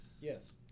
Yes